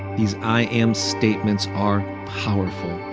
these i am statements are powerful,